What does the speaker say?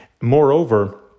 moreover